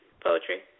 poetry